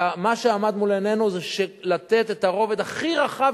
ומה שעמד מול עינינו זה לתת את הרובד הכי רחב